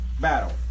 battle